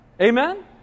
Amen